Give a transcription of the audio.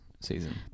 season